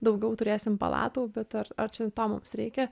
daugiau turėsim palatų bet ar ar čia to mums reikia